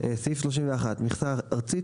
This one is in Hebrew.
"מכסה ארצית